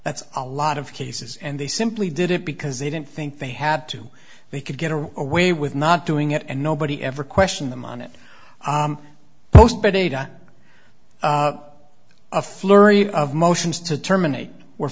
that's a lot of cases and they simply did it because they didn't think they had to they could get away with not doing it and nobody ever questioned them on it a flurry of motions to terminate were